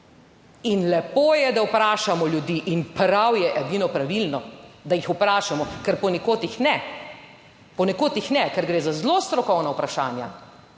In lepo je, da vprašamo ljudi in prav je edino pravilno, da jih vprašamo, ker ponekod jih ne. Ponekod jih ne, ker gre za zelo strokovna vprašanja,